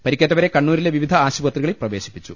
പരിക്കേറ്റവരെ കണ്ണൂ രിലെ വിവിധ ആശുപത്രികളിൽ പ്രവേശിപ്പിച്ചു